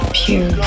pure